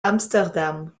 amsterdam